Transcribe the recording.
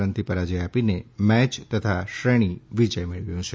રનથી પરાજય આપીને મેય તથા શ્રેણી વિજય મેળવ્યો છે